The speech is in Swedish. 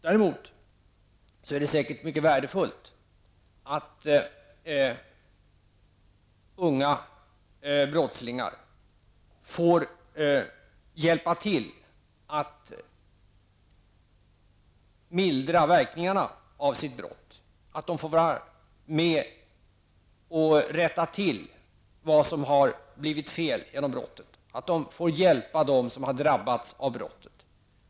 Däremot är det säkert mycket värdefullt att unga brottslingar får hjälpa till att mildra verkningarna av sitt brott, att de får vara med och rätta till vad som har blivit fel genom brottet, att de får hjälpa dem som har drabbats av brottet.